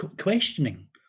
questioning